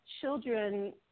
children